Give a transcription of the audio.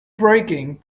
braking